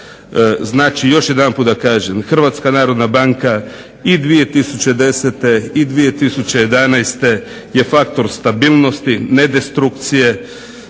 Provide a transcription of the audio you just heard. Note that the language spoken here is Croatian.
Znači još jedanput da kažem, Hrvatska narodna banka i 2010. i 2011. je faktor stabilnost, ne destrukcije.